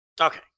Okay